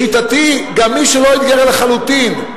לשיטתי גם מי שלא התגייר לחלוטין,